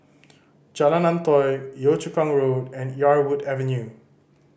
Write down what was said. Jalan Antoi Yio Chu Kang Road and Yarwood Avenue